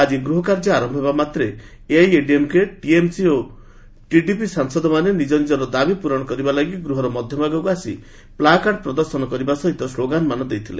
ଆଜି ଗୃହକାର୍ଯ୍ୟ ଆରମ୍ଭ ହେବାମାତ୍ରେ ଏଆଇଏଡିଏମ୍କେ ଟିଏମ୍ସି ଓ ଟିଡିପି ସାଂସଦମାନେ ନିକ ନିଜର ଦାବି ପୂରଣ ଲାଗି ଗୃହର ମଧ୍ୟଭାଗକୁ ଆସି ପ୍ଲାକାର୍ଡ଼ ପ୍ରଦର୍ଶନ କରିବା ସହିତ ସ୍କୋଗାନମାନ ଦେଇଥିଲେ